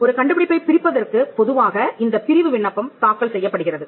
ஒரு கண்டுபிடிப்பைப் பிரிப்பதற்குப் பொதுவாக இந்தப் பிரிவு விண்ணப்பம் தாக்கல் செய்யப்படுகிறது